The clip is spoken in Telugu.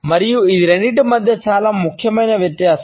మరియు ఇది రెండింటి మధ్య చాలా ముఖ్యమైన వ్యత్యాసం